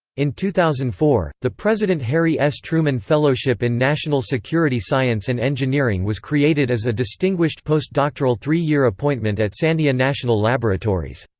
in two thousand and four, the president harry s. truman fellowship in national security science and engineering was created as a distinguished postdoctoral three-year appointment at sandia national laboratories.